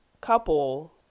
couple